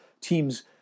teams